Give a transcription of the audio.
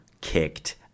kicked